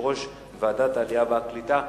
יושבת-ראש ועדת העלייה והקליטה,